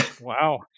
Wow